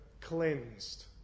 cleansed